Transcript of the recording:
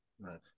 Right